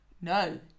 No